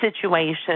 situation